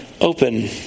open